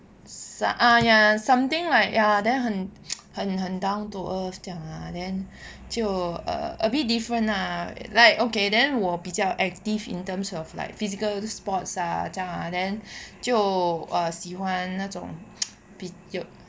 some ah ya something like ya then 很很很 down to earth 这样 lah then 就 err a bit different lah like okay then 我比较 active in terms of like physical sports ah 这样 then 就喜欢那种比较